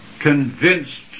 convinced